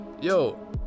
Yo